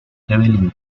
evelyn